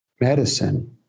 medicine